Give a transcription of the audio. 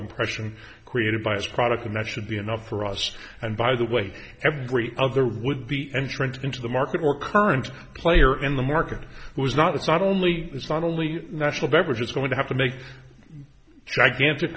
impression created by his product and that should be enough for us and by the way every other would be entrance into the market or current player in the market was not it's not only it's not only national beverage it's going to have to make gigantic